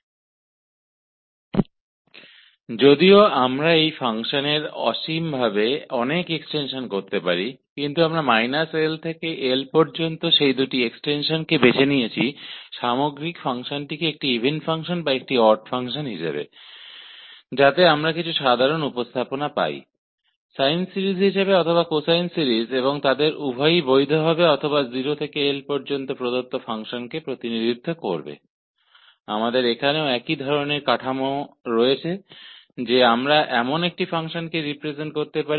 हालांकि हमारे पास इस फ़ंक्शन के अनेक रूप से एक्सटेंशन हो सकते हैं लेकिन हमने पुरे फ़ंक्शन को एक इवन फ़ंक्शन या एक ओड फ़ंक्शन के रूप में बनाने के लिए −l से l तक के उन दो एक्सटेंशन को चुना है ताकि हमें कुछ सरल रिप्रजेंटेशन मिल सके या तो साइन सीरीज़ के रूप में या कोसाइन सीरीज़ और वे दोनों मान्य होंगे या 0 से l में दिए गए फ़ंक्शन को रिप्रेजेंट करेंगे